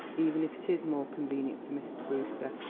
even if it is more convenient for mr. brewster.